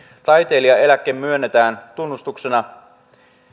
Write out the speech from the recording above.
taiteilijaeläke myönnetään tunnustuksena